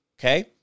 okay